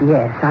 Yes